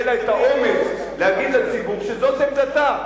יהיה לה האומץ להגיד לציבור שזאת עמדתה,